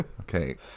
Okay